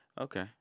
okay